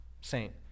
Saint